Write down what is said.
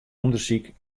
ûndersyk